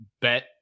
bet